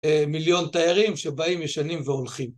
מיליון תיירים שבאים ישנים והולכים.